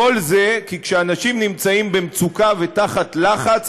כל זה כי כשאנשים נמצאים במצוקה ותחת לחץ,